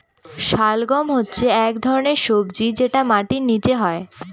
শালগাম হচ্ছে এক ধরনের সবজি যেটা মাটির নীচে হয়